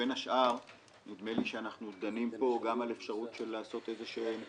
בין השאר נדמה לי שאנחנו דנים פה גם על אפשרות של לעשות איזשהם תיקונים,